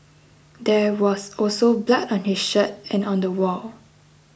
there was also blood on his shirt and on the wall